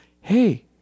hey